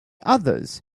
others